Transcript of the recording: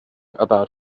about